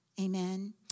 amen